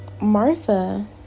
Martha